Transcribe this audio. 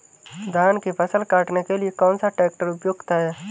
धान की फसल काटने के लिए कौन सा ट्रैक्टर उपयुक्त है?